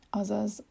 azaz